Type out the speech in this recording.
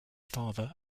father